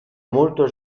molto